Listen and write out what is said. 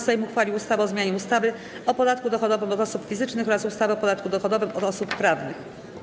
Sejm uchwalił ustawę o zmianie ustawy o podatku dochodowym od osób fizycznych oraz ustawy o podatku dochodowym od osób prawnych.